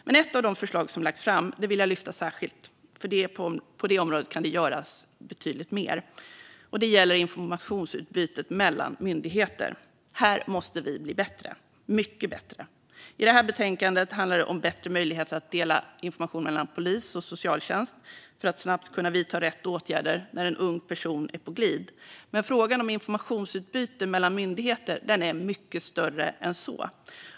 Men ett av de förslag som har lagts fram vill jag lyfta särskilt, för på det området kan det göras betydligt mer, och det gäller informationsutbytet mellan myndigheter. Här måste vi bli bättre - mycket bättre. I det här betänkandet handlar det om bättre möjligheter att dela information mellan polis och socialtjänst för att snabbt kunna vidta rätt åtgärder när en ung person är på glid. Men frågan om informationsutbyte mellan myndigheter är mycket större än så.